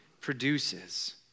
produces